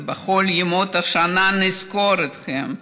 ובכל ימות השנה נזכור אתכם,